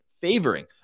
favoring